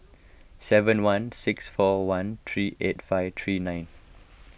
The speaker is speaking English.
seven one six four one three eight five three nine